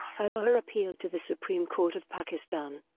her lawyer appealed to the supreme court of pakistan.